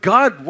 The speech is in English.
God